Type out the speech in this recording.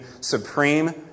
supreme